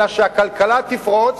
אלא שהכלכלה תפרוץ,